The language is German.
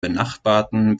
benachbarten